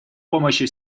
помощью